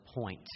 point